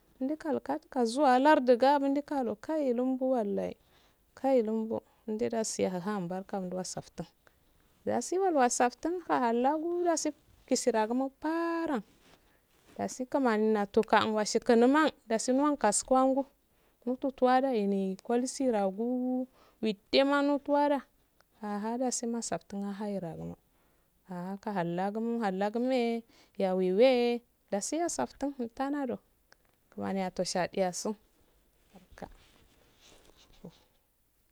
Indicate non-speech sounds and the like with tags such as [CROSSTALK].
Ndi kalu kar kazuwa lardun gah mundi kaluwo kayi lumbbu allahi kayi laubbu nddo dasi h hun barka ndusafttun dasi wa safttun ahllogu dasi jisud dasu unfr dasi kmani atuagun gwashingu numn dasi muhun kasuguwengu mutu tuwalkyeh neh kol ragu withema mutuwakamufsafttun ah hara gumo ahah kaillah gu kahalla gumewe y wey wey dasi asfttun muntanado kmani yatto shadiyasuri. [UNINTELLIGIBLE] [NOISE]